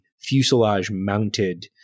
fuselage-mounted